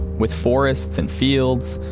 with forests, and fields,